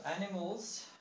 animals